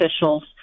officials